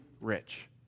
rich